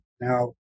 now